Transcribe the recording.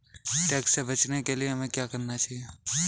Tax से बचने के लिए हमें क्या करना चाहिए?